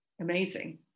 amazing